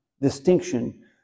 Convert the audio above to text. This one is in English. distinction